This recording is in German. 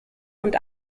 und